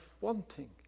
wanting